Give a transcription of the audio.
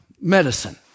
medicine